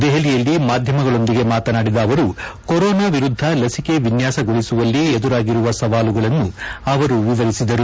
ದೆಹಲಿಯಲ್ಲಿ ಮಾಧ್ಯಮಗಳೊಂದಿಗೆ ಮಾತನಾಡಿದ ಅವರು ಕೊರೊನಾ ಎರುದ್ಧ ಲಸಿಕೆ ಎನ್ತಾಸಗೊಳಿಸುವಲ್ಲಿ ಎದುರಾಗಿರುವ ಸವಾಲುಗಳನ್ನು ಅವರು ವಿವರಿಸಿದ್ದಾರೆ